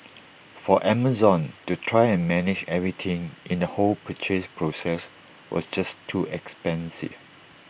for Amazon to try and manage everything in the whole purchase process was just too expensive